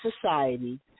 society